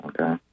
Okay